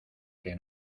que